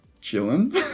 chilling